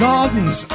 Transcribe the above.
Gardens